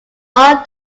all